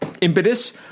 impetus